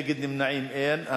נגד ונמנעים, אין.